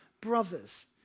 brothers